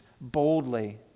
boldly